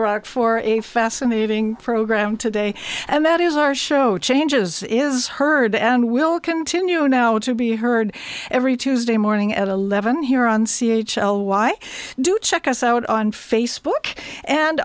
brock for a fascinating program today and that is our show changes is heard and will continue now to be heard every tuesday morning at eleven here on c h l why do check us out on face